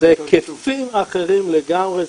היקפים אחרים לגמרי,